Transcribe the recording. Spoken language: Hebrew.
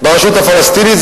ברשות הפלסטינית,